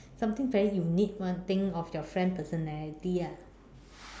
something very unique [one] think of your friend personality ah